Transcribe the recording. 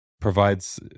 provides